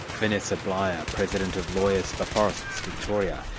vanessa bleyer, president of lawyers for forests victoria.